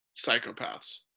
psychopaths